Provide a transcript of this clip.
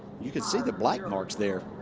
you can see the black marks there.